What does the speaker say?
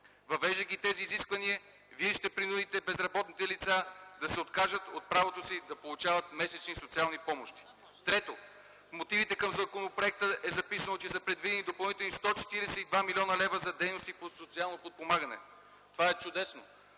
Въвеждайки тези изисквания, вие ще принудите безработните лица да се откажат от правото си да получават месечни социални помощи. Трето, в мотивите към законопроекта е записано, че са предвидени допълнителни 142 млн. лв. за дейности по социално подпомагане. Това е чудесно,